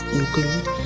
include